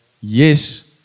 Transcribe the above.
Yes